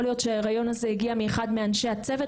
להיות שההריון הזה הגיע מאחד מאנשי הצוות,